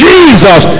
Jesus